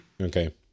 Okay